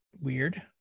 weird